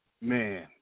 Man